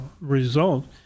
result